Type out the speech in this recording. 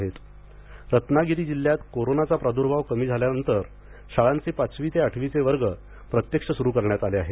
शाळा रत्नागिरी रत्नागिरी जिल्ह्यात कोरोनाचा प्रादु्भाव कमी झाल्यानंतर शाळांचे पाचवी ते आठवीचे वर्ग प्रत्यक्ष सुरू करण्यात आले आहेत